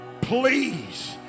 please